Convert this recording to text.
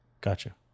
gotcha